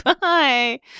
Bye